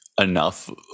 enough